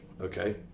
okay